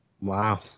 Wow